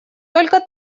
только